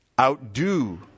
outdo